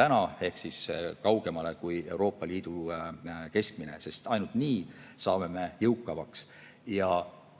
täna on, ehk siis kõrgemale kui Euroopa Liidu keskmine. Ainult nii saame me jõukamaks. Ja